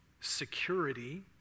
security